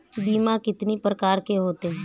बीमा कितनी प्रकार के होते हैं?